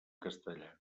castellà